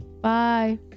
Bye